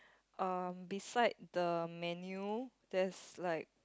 um beside the menu there's like